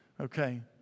okay